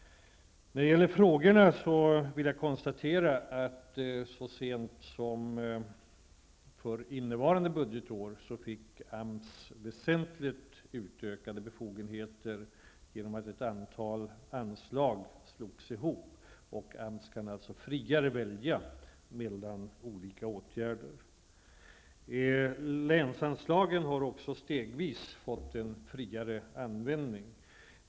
När det gäller frågorna kan jag konstatera att så sent som för innevarande budgetår fick AMS väsentligt utökade befogenheter genom att ett antal anslag slogs ihop. AMS kan således friare välja mellan olika åtgärder. Stegvis har också användningen av länsanslagen blivit friare.